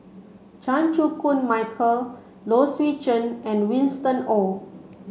Chan Chew Koon Michael Low Swee Chen and Winston Oh